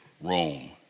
Rome